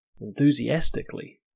enthusiastically